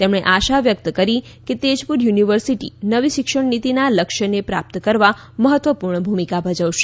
તેમણે આશા વ્યક્ત કરી કે તેજપુર યુનિવર્સિટી નવી શિક્ષણ નીતિના લક્ષ્યને પ્રાપ્ત કરવામાં મહત્વપૂર્ણ ભૂમિકા ભજવશે